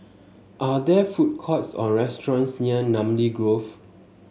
are there food courts or restaurants near Namly Grove